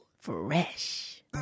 Fresh